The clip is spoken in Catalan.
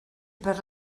per